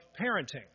parenting